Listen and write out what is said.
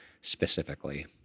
specifically